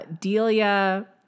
Delia